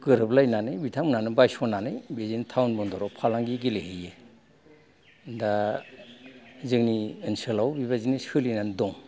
गोरोब लायनानै बिथांमोनानो बायस'नानै बेजोंनो टाउन बन्दराव फालांगि गेलेहैयो दा जोंनि ओनसोलाव बेबादिनो सोलिनानै दं